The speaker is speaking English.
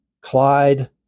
Clyde